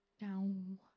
down